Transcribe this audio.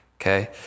okay